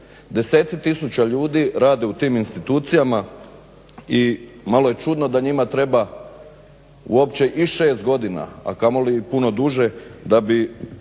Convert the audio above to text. Deseci tisuća ljudi rade u tim institucijama i malo je čudno da njima treba uopće i 6 godina, a kamoli puno duže da bi